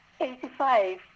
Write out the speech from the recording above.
Eighty-five